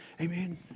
Amen